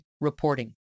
reporting